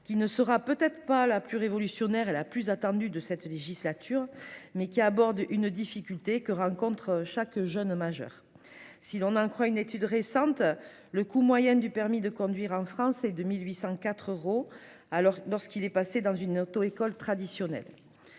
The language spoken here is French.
qui ne sera peut-être pas la plus révolutionnaire et la plus attendue de la législature, mais qui aborde une difficulté que rencontre chaque jeune majeur. Si l'on en croit une étude récente, le coût moyen du permis de conduire en France est de 1 804 euros lorsqu'il est passé dans une auto-école traditionnelle.